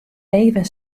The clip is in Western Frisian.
even